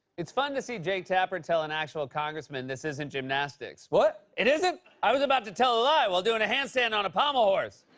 it's fun to see jake tapper tell an actual congressman, this isn't gymnastics. what? it isn't? i was about to tell a lie while doing a handstand on a pommel horse.